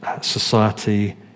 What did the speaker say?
society